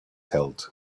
held